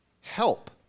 Help